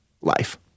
life